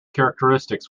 characteristics